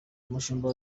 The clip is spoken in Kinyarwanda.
umushumba